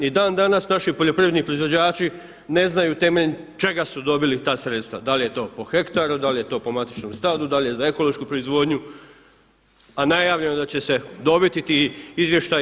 I dan danas naši poljoprivredni proizvođači ne znaju temeljem čega su dobili ta sredstva, da li je to po hektaru, da li je to po matičnom stadu, da li je za ekološku proizvodnju, a najavljeno je da će se dobiti ti izvještaji.